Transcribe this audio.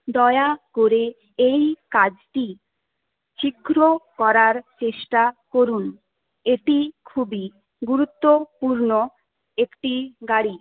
দয়া করে এই কাজটি শীঘ্র করার চেষ্টা করুন এটি একটি খুবই গুরুত্বপূর্ণ একটি গাড়ি